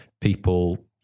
people